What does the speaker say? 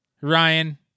Ryan